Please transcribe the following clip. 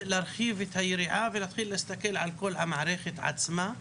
להרחיב את היריעה ולהתחיל להסתכל על כל המערכת עצמה,